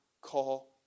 call